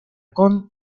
con